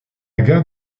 gare